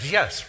Yes